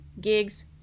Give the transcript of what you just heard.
gigs